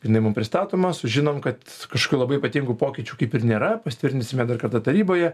jinai mum pristatoma sužinom kad kažkokių labai ypatingų pokyčių kaip ir nėra pasitvirtinsime dar kartą taryboje